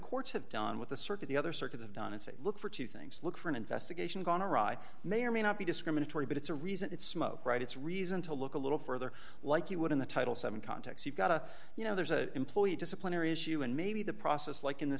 courts have done with the circuit the other circuit have done is say look for two things look for an investigation gone awry may or may not be discriminatory but it's a reason it's smoke right it's reason to look a little further like you would in the title seven context you've got a you know there's an employee disciplinary issue and maybe the process like in th